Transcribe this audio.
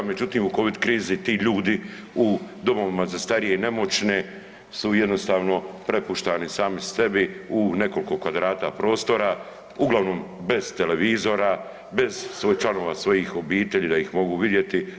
Međutim u Covid krizi ti ljudi u domovima za starije i nemoćne su jednostavno prepuštani sami sebi u nekoliko kvadrata prostora, uglavnom bez televizora bez svojih članova svojih obitelji da ih mogu vidjeti.